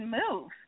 move